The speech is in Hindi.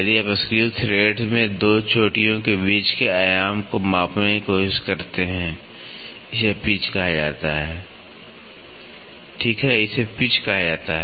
यदि आप स्क्रू थ्रेड （screw thread）में 2 चोटियों के बीच के आयाम को मापने की कोशिश करते हैं इसे पिच （pitch） कहा जाता है ठीक है इसे पिच （pitch）कहा जाता है